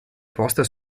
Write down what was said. posta